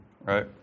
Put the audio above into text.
right